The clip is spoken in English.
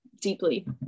deeply